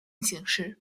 型式